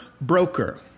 broker